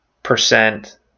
Percent